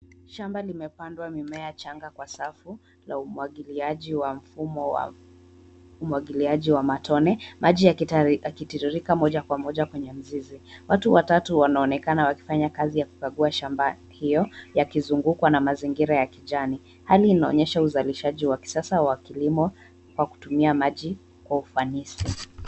Shamba limepandwa mimea changa kwa safu na umwagiliaji wa mfumo wa umwagiliaji wa matone, maji yakitiririka moja kwa moja kwenye mizizi ya mimea. Watu watatu wanaonekana wakifanya kazi ya kukagua shamba hio yakizungukwa na mazingira ya kijani. Hali hii inaonyesha uzalishaji wa kisasa wa kilimo kwa kutumia maji kwa ufanisi.